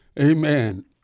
Amen